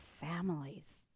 families